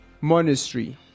Monastery